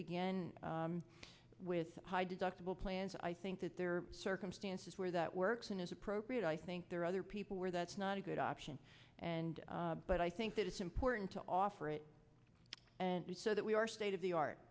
again with high deductible plans i think that there are circumstances where that works and is appropriate i think there are other people where that's not a good option and but i think that it's important to offer it and so that we are state of the art